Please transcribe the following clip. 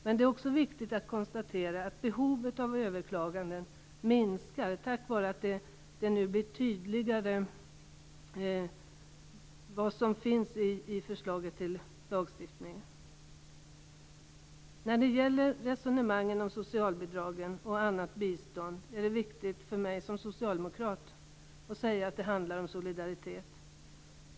Men det är också viktigt att konstatera att behovet av överklaganden minskar tack vare den tydlighet som nu finns i förslaget till lagstiftning. När det gäller resonemangen om socialbidragen och annat bistånd är det viktigt för mig som socialdemokrat att säga att det handlar om solidaritet.